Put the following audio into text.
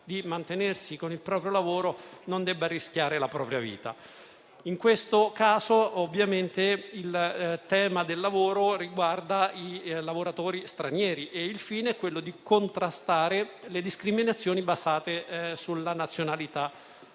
di mantenersi con il proprio lavoro non debba rischiare la vita. In questo caso il tema riguarda i lavoratori stranieri e il fine è contrastare le discriminazioni basate sulla nazionalità.